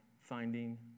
Finding